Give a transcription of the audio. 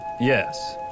Yes